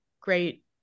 great